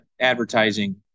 advertising